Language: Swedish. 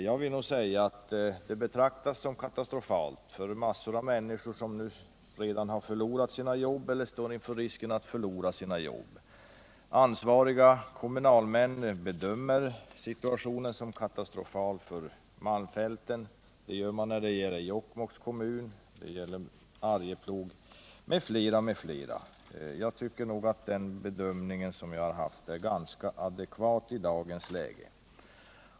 | Jag vill säga att läget betraktas som katastrofalt av ett stort antal människor som redan har förlorat sina jobb eller står inför risken att förlora sina jobb. Ansvariga kommunalmän bedömer situationen som katastrofal för malmfälten. Det gör man när det gäller Jokkmokks kommun, när det gäller Arjeplog m.fl. Jag tycker nog att den bedömning som jag har anlagt är ganska advekvat i dagens läge.